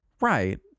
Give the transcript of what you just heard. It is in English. right